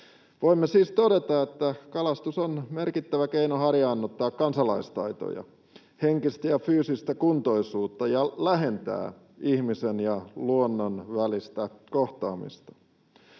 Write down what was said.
Voimme siis todeta, että kalastus on merkittävä keino harjaannuttaa kansalaistaitoja ja henkistä ja fyysistä kuntoisuutta sekä lähentää ihmisen ja luonnon välistä kohtaamista.